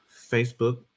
Facebook